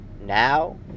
Now